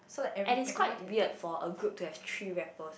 and it's quite weird for a group to have three rappers